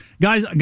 Guys